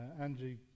Angie